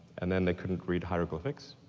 and then they couldn't read hieroglyphics,